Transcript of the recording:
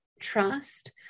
trust